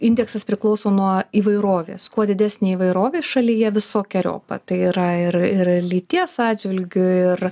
indeksas priklauso nuo įvairovės kuo didesnė įvairovė šalyje visokeriopa tai yra ir ir lyties atžvilgiu ir